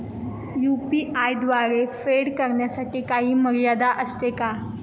UPI द्वारे फेड करण्यासाठी काही मर्यादा असते का?